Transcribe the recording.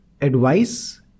advice